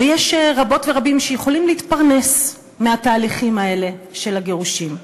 ויש רבות ורבים שיכולים להתפרנס מהתהליכים האלה של הגירושין.